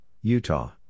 Utah